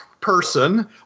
person